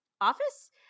office